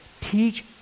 Teach